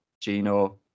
Gino